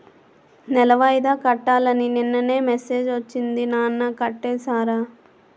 నెల వాయిదా కట్టాలని నిన్ననే మెసేజ్ ఒచ్చింది నాన్న కట్టేసారా?